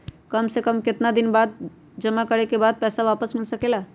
काम से कम केतना दिन जमा करें बे बाद पैसा वापस मिल सकेला?